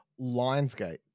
Lionsgate